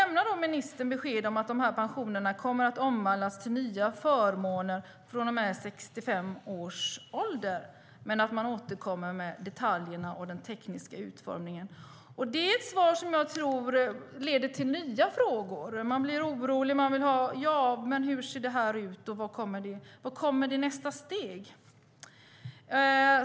Ministern lämnar besked om att de här pensionerna kommer att omvandlas till nya förmåner från och med 65 års ålder men att man återkommer med detaljerna och den tekniska utformningen. Det är ett svar som jag tror leder till nya frågor. Man bli orolig, undrar hur det här kommer att se ut och vad som kommer i nästa steg.